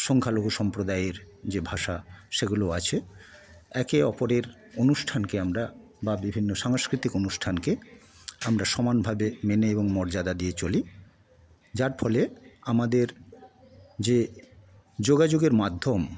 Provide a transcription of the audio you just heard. সংখ্যালঘু সম্প্রদায়ের যে ভাষা সেগুলো আছে একে অপরের অনুষ্ঠানকে আমরা বা বিভিন্ন সাংস্কৃতিক অনুষ্ঠানকে আমরা সমানভাবে মেনে এবং মর্যাদা দিয়ে চলি যার ফলে আমাদের যে যোগাযোগের মাধ্যম